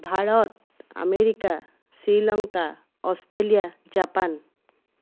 Bharat America Sri Lanka Australia Japan